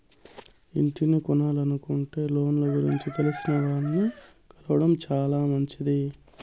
ఇంటిని కొనలనుకుంటే లోన్ల గురించి తెలిసినాల్ని కలవడం శానా మంచిది